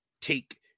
take